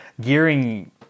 gearing